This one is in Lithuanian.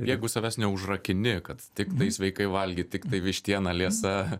jeigu savęs neužrakini kad tiktai sveikai valgyt tiktai vištiena liesa